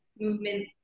movement